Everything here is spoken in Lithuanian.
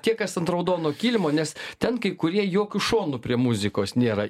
tie kas ant raudono kilimo nes ten kai kurie jokiu šonu prie muzikos nėra